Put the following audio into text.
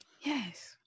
yes